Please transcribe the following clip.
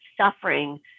suffering